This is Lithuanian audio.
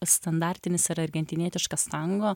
standartinis ir argentinietiškas tango